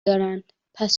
دارن، پس